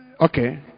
Okay